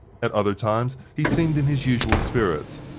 at other times he seemed in his usual spirits.